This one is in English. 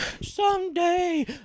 Someday